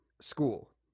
school